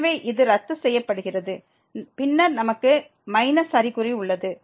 எனவே இது ரத்து செய்யப்படுகிறது பின்னர் நமக்கு மைனஸ் அறிகுறி உள்ளது